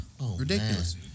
Ridiculous